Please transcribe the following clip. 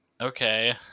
okay